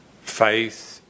Faith